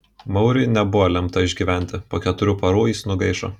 mauriui nebuvo lemta išgyventi po keturių parų jis nugaišo